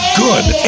good